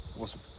Awesome